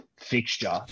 fixture